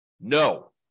No